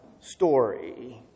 story